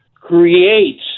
creates